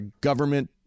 government